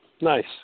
Nice